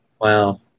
Wow